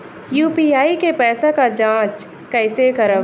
UPI के पैसा क जांच कइसे करब?